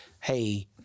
hey